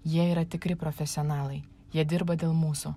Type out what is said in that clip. jie yra tikri profesionalai jie dirba dėl mūsų